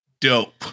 dope